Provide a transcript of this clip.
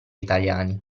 italiani